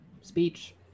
speech